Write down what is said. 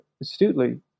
astutely